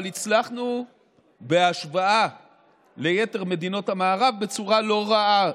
אבל בחודשים האחרונים הצלחנו בהשוואה ליתר מדינות המערב בצורה לא רעה.